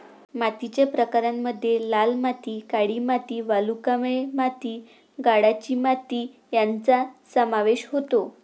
मातीच्या प्रकारांमध्ये लाल माती, काळी माती, वालुकामय माती, गाळाची माती यांचा समावेश होतो